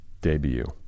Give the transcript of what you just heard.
debut